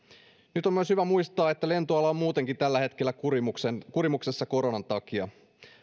nyt on myös hyvä muistaa että lentoala on muutenkin tällä hetkellä kurimuksessa kurimuksessa koronan takia